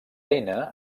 eina